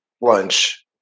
lunch